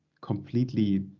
completely